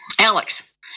Alex